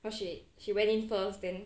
cause she she went in first then